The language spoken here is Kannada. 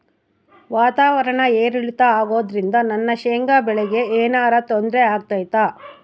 ವಾತಾವರಣ ಏರಿಳಿತ ಅಗೋದ್ರಿಂದ ನನ್ನ ಶೇಂಗಾ ಬೆಳೆಗೆ ಏನರ ತೊಂದ್ರೆ ಆಗ್ತೈತಾ?